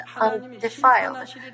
undefiled